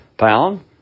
pound